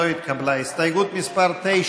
קבוצת סיעת הרשימה המשותפת,